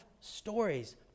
stories